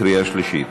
קריאה שלישית.